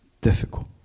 difficult